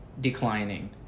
declining